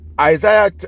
Isaiah